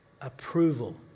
approval